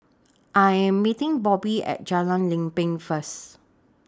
I Am meeting Bobby At Jalan Lempeng First